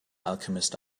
alchemist